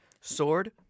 Sword